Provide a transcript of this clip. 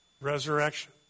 resurrection